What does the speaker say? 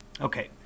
Okay